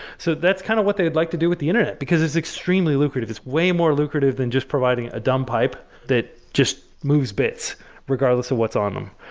so that's kind of what they'd like to do with the internet, because it's extremely lucrative. it's way more lucrative than just providing a dumb pipe that just moves bits regardless of what's on them,